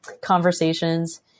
conversations